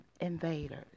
invaders